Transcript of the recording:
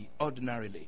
ordinarily